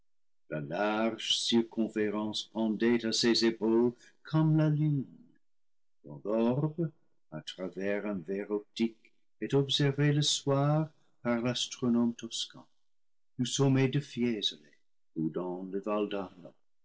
large circonférence pendait à ses épaules comme la lune dont l'orbe à travers un verre optique est observé le soir par l'astronome toscan du sommet de fiesole ou dans le